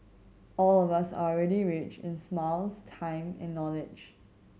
all of us are already rich in smiles time and knowledge